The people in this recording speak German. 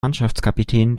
mannschaftskapitän